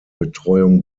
betreuung